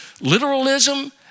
literalism